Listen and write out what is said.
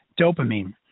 dopamine